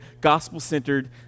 gospel-centered